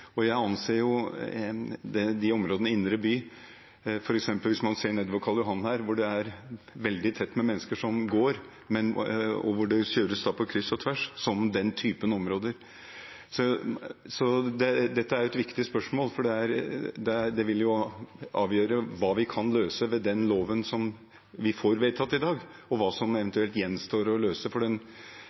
som går, og hvor det kjøres på kryss og tvers, som den typen områder. Så dette er et viktig spørsmål, for det vil avgjøre hva vi kan løse med den loven som vi får vedtatt i dag, og hva som eventuelt gjenstår å løse. Det store problemet for befolkningen i Oslo, i hvert fall sånn som jeg kjenner den,